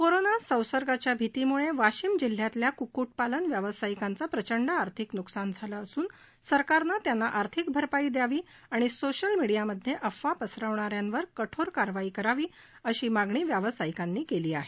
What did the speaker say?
corona संसर्गाच्या भीतीमुळे वाशिम जिल्ह्यातल्या कुक्कुटपालन व्यावसायिकांचं प्रचंड आर्थिक नुकसान झालं असून सरकारनं त्यांना आर्थिक भरपाई द्यावी आणि सोशल मीडियामध्ये अफवा पसरविणाऱ्यांवर कठोर कारवाई करावी अशी मागणी व्यावसायिकांनी केली आहे